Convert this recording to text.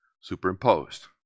superimposed